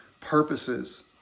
purposes